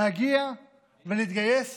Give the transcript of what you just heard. להגיע ולהתגייס